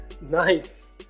nice